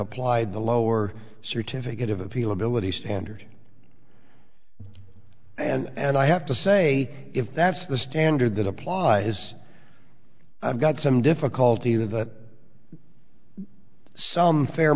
applied the lower certificate of appeal ability standard and i have to say if that's the standard that applies i've got some difficulty with that some fair